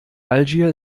algier